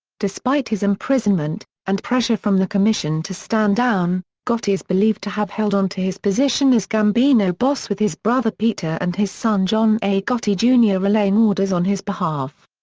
despite his imprisonment, and pressure from the commission to stand down, gotti is believed to have held on to his position as gambino boss with his brother peter and his son john a. gotti jr. relaying orders on his behalf.